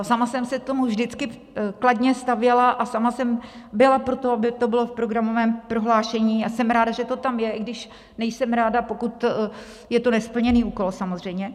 Sama jsem se k tomu vždycky kladně stavěla a sama jsem byla pro to, aby to bylo v programovém prohlášení, a jsem ráda, že to tam je, i když nejsem ráda, pokud je to nesplněný úkol, samozřejmě.